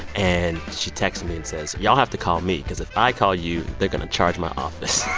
and she texts me and says, y'all have to call me because if i call you, they're going to charge my office